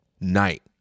night